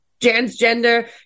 transgender